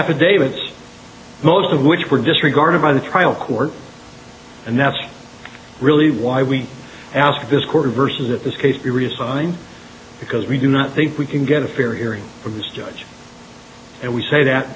affidavits most of which were disregarded by the trial court and that's really why we asked this quarter versus at this case be reassigned because we do not think we can get a fair hearing from this judge and we say that